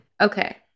Okay